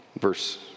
Verse